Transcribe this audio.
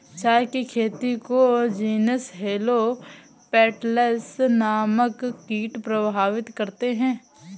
चाय की खेती को जीनस हेलो पेटल्स नामक कीट प्रभावित करते हैं